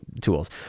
tools